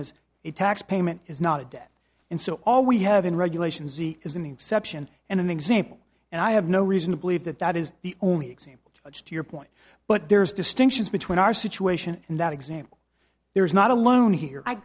a tax payment is not a debt and so all we have in regulations is in the exception and an example and i have no reason to believe that that is the only example which to your point but there's distinctions between our situation and that example there is not alone here i